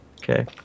Okay